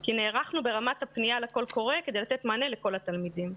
כי נערכנו ברמת הפניה לקול קורא כדי לתת מענה לכל התלמידים.